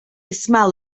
smell